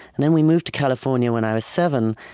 and then we moved to california when i was seven.